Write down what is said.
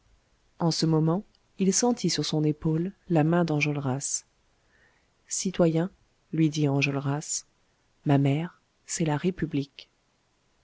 en ce moment il sentit sur son épaule la main d'enjolras citoyen lui dit enjolras ma mère c'est la république